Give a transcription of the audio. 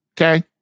okay